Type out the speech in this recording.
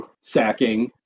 sacking